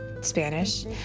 Spanish